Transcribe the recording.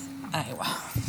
הישיבה.